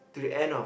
to the end of